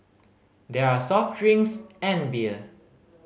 there are soft drinks and beer